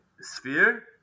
sphere